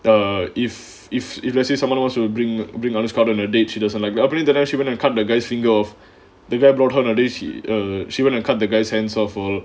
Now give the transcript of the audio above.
the if if if let's say someone wants you will bring bring honest garden a date she doesn't like I believe that actually went and cut the guy's finger off the rare blot holidays he or she went and cut the guy's hands of all